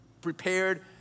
prepared